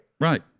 Right